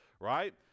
right